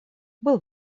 был